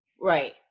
Right